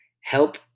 help